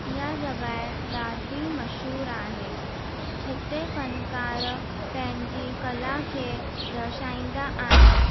इहा जॻह ॾाढी मशहूरु आहे हिते फ़नकार पंहिंजी कला खे दरशाईंदा आहिनि